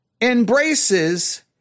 embraces